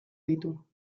ditu